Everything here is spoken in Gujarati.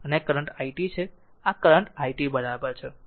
અને આ કરંટ i t છે આ કરંટ i t બરાબર છે